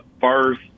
first